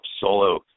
solo